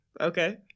Okay